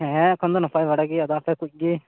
ᱦᱮᱸ ᱮᱠᱷᱚᱱ ᱫᱚ ᱱᱟᱯᱟᱭ ᱵᱟᱲᱟ ᱜᱮᱭᱟ ᱟᱫᱚ ᱟᱯᱮ ᱠᱩᱡ ᱜᱮ